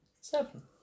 seven